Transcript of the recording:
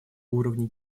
уровня